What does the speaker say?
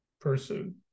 person